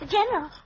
General